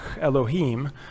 Elohim